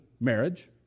marriage